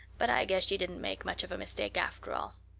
but i guess she didn't make much of a mistake after all.